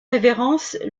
révérence